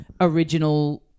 original